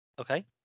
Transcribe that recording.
Okay